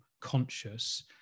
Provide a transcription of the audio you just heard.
conscious